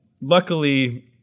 luckily